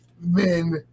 men